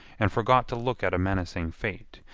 and forgot to look at a menacing fate.